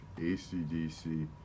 ACDC